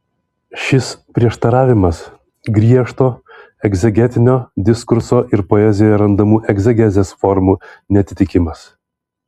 šis prieštaravimas griežto egzegetinio diskurso ir poezijoje randamų egzegezės formų neatitikimas